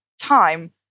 time